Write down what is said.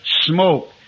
smoke